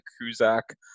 Kuzak